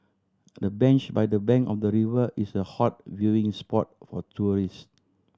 the bench by the bank of the river is a hot viewing spot for tourist